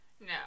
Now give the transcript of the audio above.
No